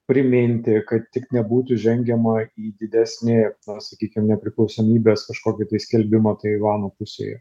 priminti kad tik nebūtų žengiama į didesniąją na sakykim nepriklausomybės kažkokį tai skelbimą taivano pusėje